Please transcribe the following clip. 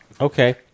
Okay